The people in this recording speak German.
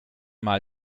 mal